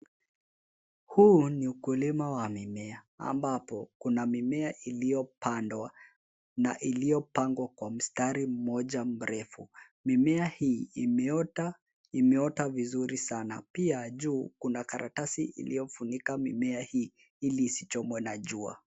Huu ni ukulima wa mimea ambapo kuna mimea iliyopandwa na iliyopangwa kwa mstari mmoja mrefu .Mimea hii imeota ,imeota vizuri sana .Pia juu kuna karatasi iliyofunika mimea hii ili isichomwe na jua.